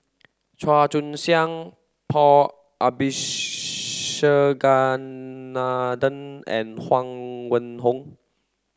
Chua Joon Siang Paul and Huang Wenhong